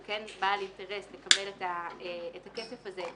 הוא כן בעל אינטרס לקבל את הכסף הזה,